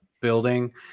building